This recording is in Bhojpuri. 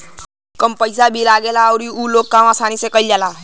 कम पइसा भी लागत हवे जसे उ लोग इ काम आसानी से कईल जाला